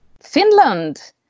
Finland